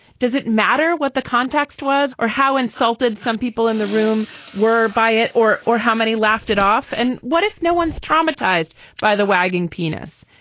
does it matter what the context was or how insulted some people in the room were by it. or or how many laughed it off. and what if no one's traumatized by the wagging penis.